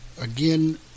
Again